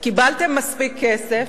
קיבלתם מספיק כסף,